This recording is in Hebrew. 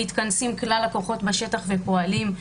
מתכנסים כלל הכוחות בשטח ופועלים,